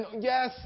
yes